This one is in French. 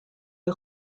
est